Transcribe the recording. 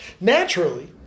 naturally